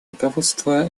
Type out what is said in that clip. руководства